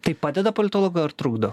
tai padeda politologui ar trukdo